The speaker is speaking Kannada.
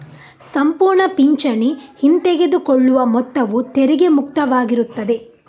ಸಂಪೂರ್ಣ ಪಿಂಚಣಿ ಹಿಂತೆಗೆದುಕೊಳ್ಳುವ ಮೊತ್ತವು ತೆರಿಗೆ ಮುಕ್ತವಾಗಿರುತ್ತದೆ